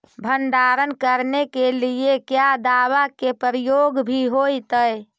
भंडारन करने के लिय क्या दाबा के प्रयोग भी होयतय?